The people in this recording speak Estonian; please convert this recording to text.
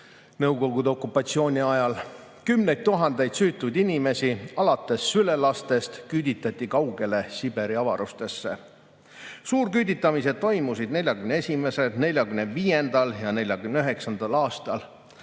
Nõukogude okupatsiooni ajal, kümneid tuhandeid süütuid inimesi alates sülelastest küüditati kaugele Siberi avarustesse. Suurküüditamised toimusid 1941., 1945. ja 1949. aastal,